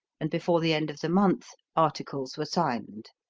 and before the end of the month articles were signed.